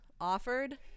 offered